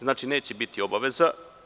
Znači, neće biti obaveza.